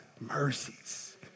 mercies